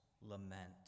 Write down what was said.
lament